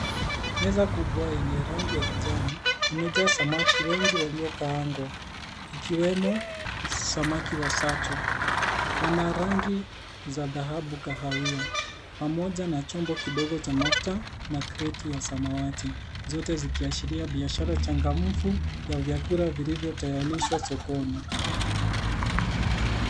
Meza kubwa yenye rangi ya kijani, imejaa samaki wengi waliokaangwa, ikiwemo samaki wa sato. Wana rangi za dhahabu kahawia, pamoja na chombo kidogo cha mafuta, na kreti ya samawati. Zote zikiashiria biashara changamfu, ya vyakula vilivyotayarishwa sokoni.